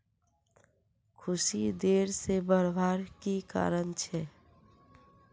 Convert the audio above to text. कुशी देर से बढ़वार की कारण छे?